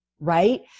right